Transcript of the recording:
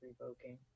revoking